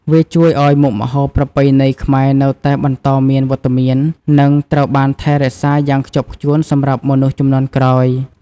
វាជួយឲ្យមុខម្ហូបប្រពៃណីខ្មែរនៅតែបន្តមានវត្តមាន និងត្រូវបានថែរក្សាយ៉ាងខ្ជាប់ខ្ជួនសម្រាប់មនុស្សជំនាន់ក្រោយ។